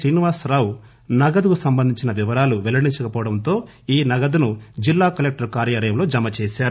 శ్రీనివాసరావు నగదుకు సంబంధించిన వివరాలు పెల్లడించకపోవడంతో ఈ నగదును జిల్లా కలెక్టర్ కార్యాలయంలో జమ చేశారు